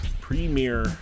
premiere